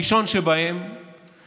הראשון שבהם הוא